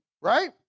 right